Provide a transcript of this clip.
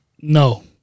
no